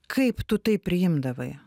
kaip tu tai priimdavai